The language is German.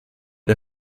der